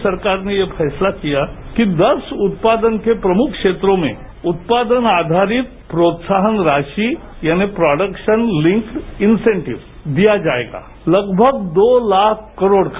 मोदी सरकार ने यह फैसला किया कि दस उत्पादन के प्रमुख क्षेत्रों में उत्पादन आधारित प्रोत्साहन राशि यानि प्रॉडक्शन लिंक्ड इंसेंटिव दिया जायेगा तगमग दो ताख करोड़ का